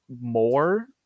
more